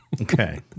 Okay